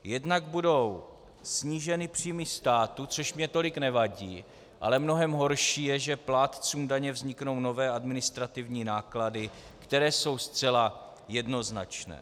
Jednak budou sníženy příjmy státu, což mně tolik nevadí, ale mnohem horší je, že plátcům daně vzniknou nové administrativní náklady, které jsou zcela jednoznačné.